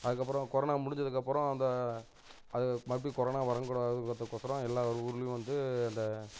அதுக்கப்புறம் கொரோனா முடிஞ்சதுக்கு அப்புறம் அந்த அது மறுபடியும் கொரோனா வரக்கூடாதுங்கிறத்துக்கு ஒசரம் எல்லா ஊர்லேயும் வந்து அந்த